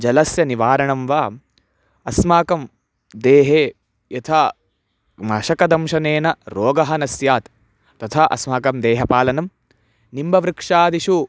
जलस्य निवारणं वा अस्माकं देहे यथा मशकदंशनेन रोगः न स्यात् तथा अस्माकं देहपालनं निम्बवृक्षादिषु